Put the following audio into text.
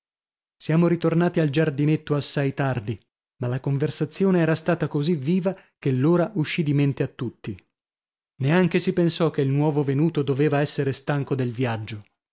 siamo ritornati al giardinetto assai tardi ma la conversazione era stata così viva che l'ora uscì di mente a tutti neanche si pensò che il nuovo venuto doveva essere stanco del viaggio